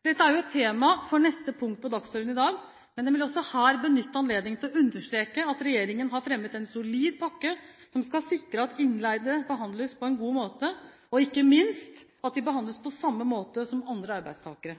Dette er jo et tema for neste punkt på dagsordenen i dag, men jeg vil også her benytte anledningen til å understreke at regjeringen har fremmet en solid pakke som skal sikre at innleide behandles på en god måte, og ikke minst at de behandles på samme måte som andre arbeidstakere.